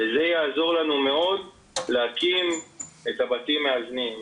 וזה יעזור לנו מאוד להקים את הבתים המאזנים.